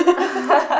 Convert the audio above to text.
(pp)